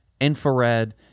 infrared